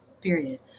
period